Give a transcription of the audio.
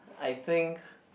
I think